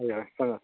हय हय सांगात